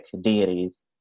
deities